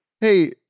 Hey